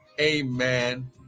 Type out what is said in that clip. amen